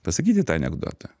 pasakyti tą anekdotą